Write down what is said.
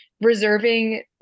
reserving